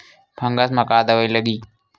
Fungus म का दवाई लगी?